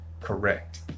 correct